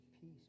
peace